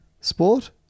sport